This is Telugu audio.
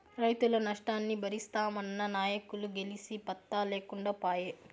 రైతుల నష్టాన్ని బరిస్తామన్న నాయకులు గెలిసి పత్తా లేకుండా పాయే